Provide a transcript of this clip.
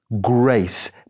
Grace